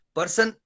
Person